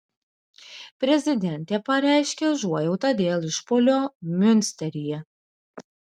prezidentė pareiškė užuojautą dėl išpuolio miunsteryje